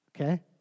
Okay